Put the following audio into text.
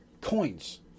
coins